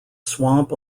swamp